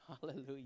Hallelujah